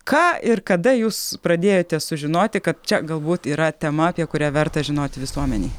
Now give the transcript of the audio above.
ką ir kada jūs pradėjote sužinoti kad čia galbūt yra tema apie kurią verta žinoti visuomenei